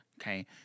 okay